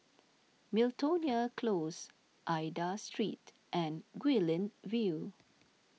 Miltonia Close Aida Street and Guilin View